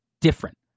different